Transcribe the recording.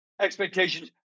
expectations